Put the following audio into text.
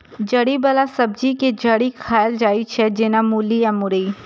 जड़ि बला सब्जी के जड़ि खाएल जाइ छै, जेना मूली या मुरइ